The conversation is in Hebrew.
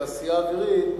התעשייה האווירית,